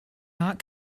not